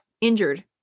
injured